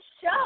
show